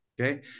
okay